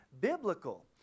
biblical